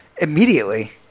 Immediately